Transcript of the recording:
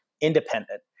independent